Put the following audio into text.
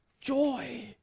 joy